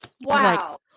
Wow